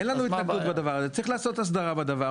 אין לנו התנגדות לדבר הזה, צריך לעשות הסדרה בדבר.